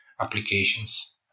applications